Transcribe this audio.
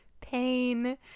pain